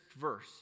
verse